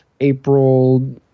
April